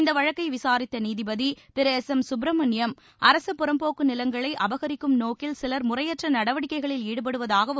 இந்த வழக்கை விசாரித்த நீதிபதி திரு எஸ் எம் சுப்பிரமணியம் அரசு புறம்போக்கு நிலங்களை அபகரிக்கும் நோக்கில் சிலர் முறையற்ற நடவடிக்கைகளில் ஈடுபடுவதாகவும்